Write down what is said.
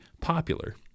popular